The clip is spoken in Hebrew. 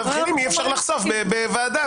תבחינים אי אפשר לחשוף בוועדה.